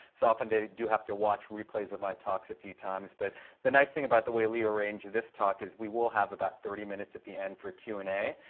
so often, they do have to watch replays of my talks a few times. but the nice thing about the way we arrange this talk is we will have about thirty minutes at the end for q and a.